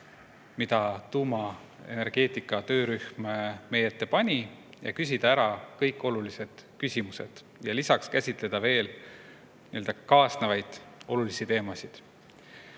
mille tuumaenergeetika töörühm meie ette pani, ja küsida ära kõik olulised küsimused, lisaks käsitleda veel kaasnevaid olulisi teemasid.